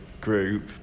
group